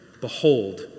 Behold